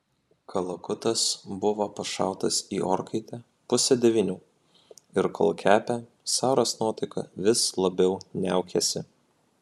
kalakutas buvo pašautas į orkaitę pusę devynių ir kol kepė saros nuotaika vis labiau niaukėsi